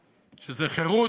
שזה חירות,